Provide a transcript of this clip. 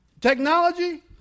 Technology